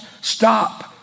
stop